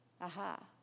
Aha